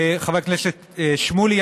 חבר הכנסת שמולי,